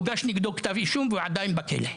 בבית הכלא, הוגש נגדו כתב אישום והוא עדיין בכלא.